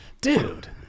Dude